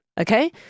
okay